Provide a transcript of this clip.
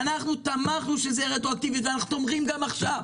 אנחנו תמכנו בכך שזה יהיה רטרואקטיבי ואנחנו תומכים גם עכשיו,